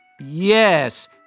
Yes